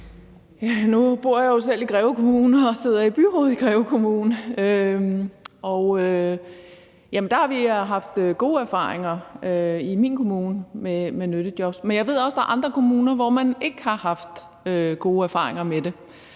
Nu bor jeg jo selv i Greve Kommune og sidder i byrådet i Greve Kommune, og i min kommune har vi haft gode erfaringer med nyttejobs. Men jeg ved også, at der er andre kommuner, hvor man ikke har haft gode erfaringer med det.